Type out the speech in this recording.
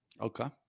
Okay